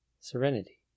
serenity